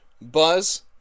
buzz